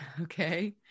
Okay